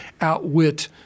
outwit